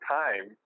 time